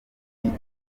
hamad